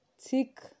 thick